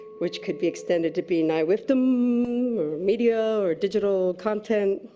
which could be extended to be nywiftm, or media or digital content.